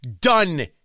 done